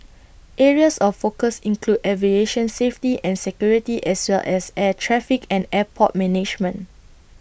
areas of focus include aviation safety and security as well as air traffic and airport management